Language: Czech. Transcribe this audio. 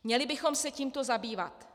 Měli bychom se tímto zabývat.